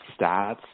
stats